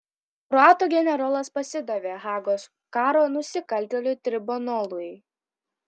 kroatų generolas pasidavė hagos karo nusikaltėlių tribunolui